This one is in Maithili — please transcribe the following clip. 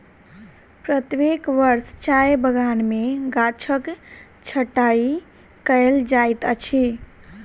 प्रत्येक वर्ष चाय बगान में गाछक छंटाई कयल जाइत अछि